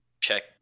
check